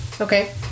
Okay